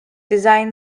design